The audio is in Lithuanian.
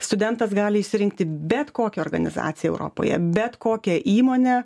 studentas gali išsirinkti bet kokią organizaciją europoje bet kokią įmonę